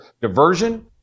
diversion